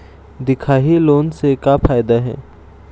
दिखाही लोन से का फायदा हे?